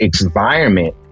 environment